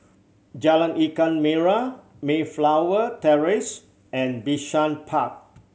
Jalan Ikan Merah Mayflower Terrace and Bishan Park